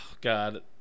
God